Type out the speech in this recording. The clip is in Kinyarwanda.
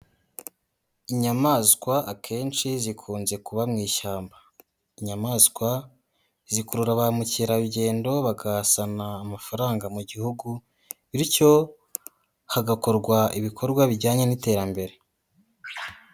Inyamaswa akenshi zikunze kuba mu ishyamba. Inyamaswa zikurura ba mukerarugendo bakazana amafaranga mu gihugu, bityo hagakorwa ibikorwa bijyanye n'iterambere.